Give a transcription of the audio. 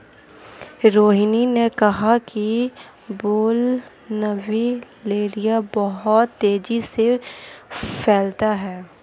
रोहिनी ने कहा कि बोगनवेलिया बहुत तेजी से फैलता है